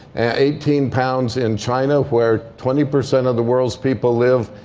and eighteen pounds in china, where twenty percent of the world's people live,